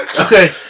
Okay